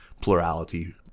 plurality